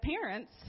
parents